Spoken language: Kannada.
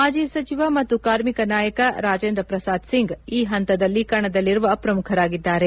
ಮಾಜಿ ಸಚಿವ ಮತ್ತು ಕಾರ್ಮಿಕ ನಾಯಕ ರಾಜೇಂದ್ರ ಪ್ರಸಾದ್ ಸಿಂಗ್ ಈ ಹಂತದಲ್ಲಿ ಕಣದಲ್ಲಿರುವ ಪ್ರಮುಖರಾಗಿದ್ದಾರೆ